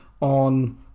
on